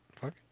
Fuck